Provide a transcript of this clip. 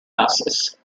buses